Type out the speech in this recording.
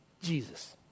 Jesus